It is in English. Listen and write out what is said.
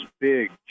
big